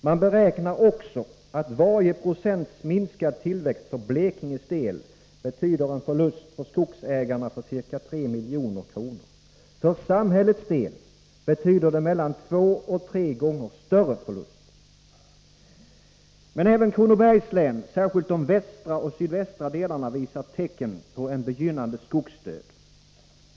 Man beräknar också att varje procents minskad tillväxt för Blekinges del betyder en förlust för skogsägarna på ca 3 milj.kr. För samhällets del betyder det mellan två och tre gånger större förlust. Även Kronobergs län — särskilt de västra och sydvästra delarna — visar tecken på en begynnande skogsdöd.